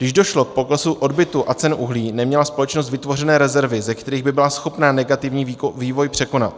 Když došlo k poklesu odbytu a cen uhlí, neměla společnost vytvořené rezervy, ze kterých by byla schopna negativní vývoj překonat.